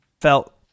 felt